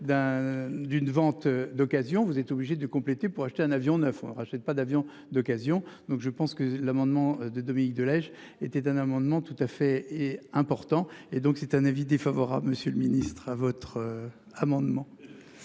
d'une vente d'occasion. Vous êtes obligés de compléter, pour acheter un avion 9 on achète pas d'avions d'occasion. Donc je pense que l'amendement de Dominique, de lait, j'étais un amendement tout à fait est important et donc c'est un avis défavorable. Monsieur le ministre, à votre amendement.